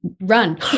run